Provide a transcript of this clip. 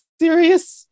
serious